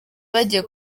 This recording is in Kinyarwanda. bagiye